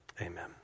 Amen